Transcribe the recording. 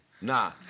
Nah